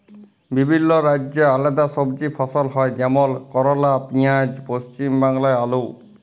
বিভিল্য রাজ্যে আলেদা সবজি ফসল হ্যয় যেমল করলা, পিয়াঁজ, পশ্চিম বাংলায় আলু